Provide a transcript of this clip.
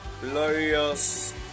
Glorious